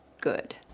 Good